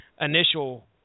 initial